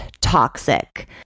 toxic